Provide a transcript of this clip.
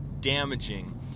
damaging